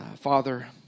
Father